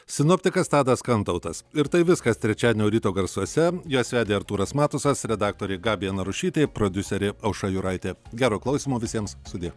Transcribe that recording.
sinoptikas tadas kantautas ir tai viskas trečiadienio ryto garsuose juos vedė artūras matusas redaktorė gabija narušytė prodiuserė aušra juraitė gero klausymo visiems sudie